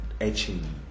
etching